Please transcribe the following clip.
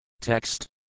Text